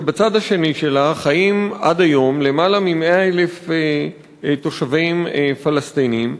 שבצדה השני חיים עד היום למעלה מ-100,000 תושבים פלסטינים.